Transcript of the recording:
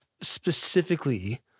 specifically